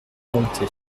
bonté